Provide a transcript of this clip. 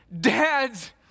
Dads